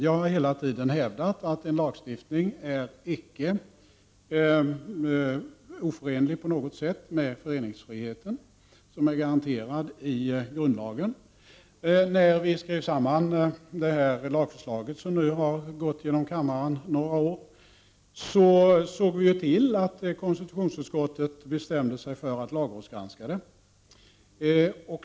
Jag har hela tiden hävdat att en lagstiftning icke är oförenlig på något sätt med föreningsfriheten, som är garanterad i grundlagen. När vi skrev samman det lagförslag som nu har vandrat igenom kammaren några år, såg vi till att konstitutionsutskottet bestämde sig för att lagrådsgranska det.